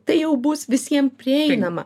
tai jau bus visiem prieinama